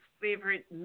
favorite